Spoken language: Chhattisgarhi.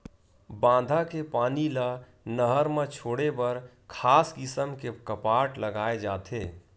बांधा के पानी ल नहर म छोड़े बर खास किसम के कपाट लगाए जाथे